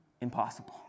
impossible